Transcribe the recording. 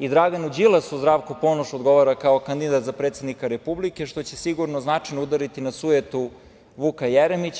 i Draganu Đilasu Zdravko Ponoš odgovara kao kandidat za predsednika Republike, što će sigurno značajno udariti na sujetu Vuka Jeremića.